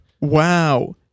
Wow